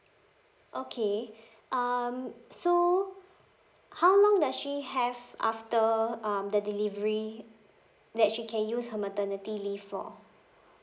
okay um so how long does she have after um the delivery that she can use her maternity leave for